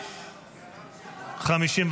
נתקבל.